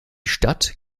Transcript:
stadt